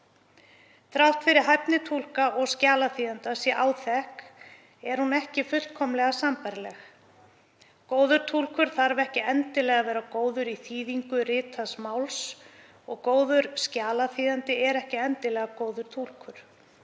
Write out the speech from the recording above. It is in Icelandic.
Þrátt fyrir að hæfni túlka og skjalaþýðenda sé áþekk er hún ekki fullkomlega sambærileg. Góður túlkur þarf ekki endilega að vera góður í þýðingu ritaðs máls og góður skjalaþýðandi er ekki endilega góður túlkur.